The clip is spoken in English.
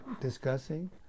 discussing